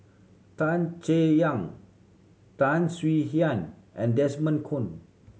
Tan Chay Yan Tan Swie Hian and Desmond Kon